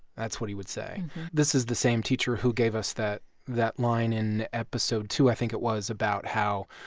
that's what he would say this is the same teacher who gave us that that line in episode two i think it was about how,